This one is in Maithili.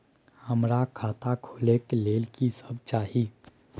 हमरा खाता खोले के लेल की सब चाही?